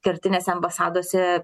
kertinėse ambasadose